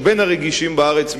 או בין הרגישים בארץ,